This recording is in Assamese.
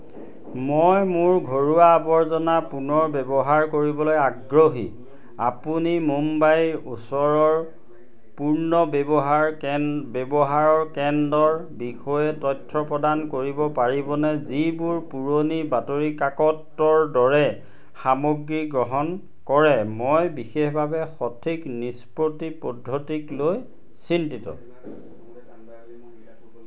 মই মোৰ ঘৰুৱা আৱৰ্জনা পুনৰ ব্যৱহাৰ কৰিবলৈ আগ্ৰহী আপুনি মুম্বাইৰ ওচৰৰ পুৰ্ণ ব্যৱহাৰ ব্যৱহাৰাৰ কেন্দ্ৰৰ বিষয়ে তথ্য প্ৰদান কৰিব পাৰিবনে যিবোৰে পুৰণি বাতৰি কাকতৰ দৰে সামগ্ৰী গ্ৰহণ কৰে মই বিশেষভাৱে সঠিক নিষ্পত্তি পদ্ধতিক লৈ চিন্তিত